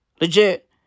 Legit